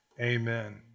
Amen